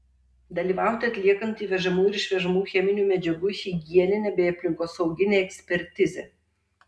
dalyvauti atliekant įvežamų ir išvežamų cheminių medžiagų higieninę bei aplinkosauginę ekspertizę